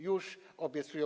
Już obiecują.